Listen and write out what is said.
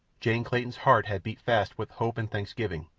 jane clayton's heart had beat fast with hope and thanksgiving,